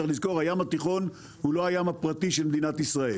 צריך לזכור שהים התיכון הוא לא הים הפרטי של מדינת ישראל.